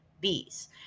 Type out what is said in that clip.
bees